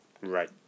Right